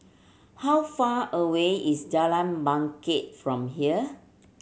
how far away is Jalan Bangket from here